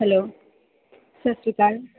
hello ਸਤਿ ਸ਼੍ਰੀ ਅਕਾਲ